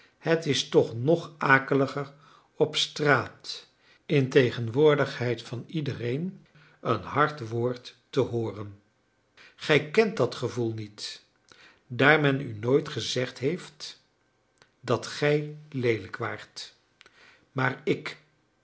het is toch nog akeliger op straat in tegenwoordigheid van iedereen een hard woord te hooren gij kent dat gevoel niet daar men u nooit gezegd heeft dat gij leelijk waart maar ik